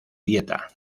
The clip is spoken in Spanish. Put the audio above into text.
dieta